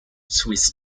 swiss